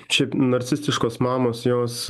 šiaip narcistiškos mamos jos